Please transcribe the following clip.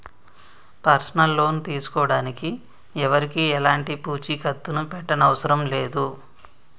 personal loan తీసుకోడానికి ఎవరికీ ఎలాంటి పూచీకత్తుని పెట్టనవసరం లేదు